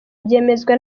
byemezwa